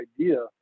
idea